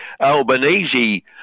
Albanese